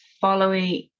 following